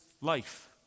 life